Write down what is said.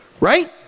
right